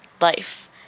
life